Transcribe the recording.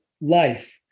life